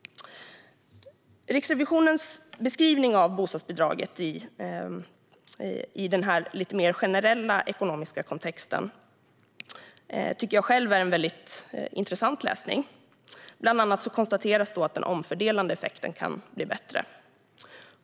Riksrevisionens beskrivning av bostadsbidraget i den här lite mer generella ekonomiska kontexten tycker jag själv är väldigt intressant läsning. Bland annat konstateras att den omfördelande effekten kan bli bättre.